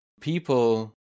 people